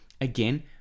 again